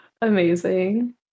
Amazing